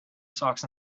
socks